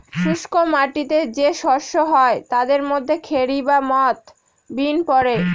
শুস্ক মাটিতে যে শস্য হয় তাদের মধ্যে খেরি বা মথ, বিন পড়ে